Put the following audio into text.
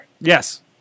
Yes